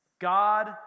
God